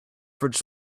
fridge